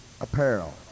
apparel